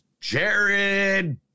Jared